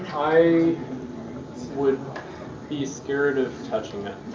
i would be scared of touching it.